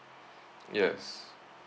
yes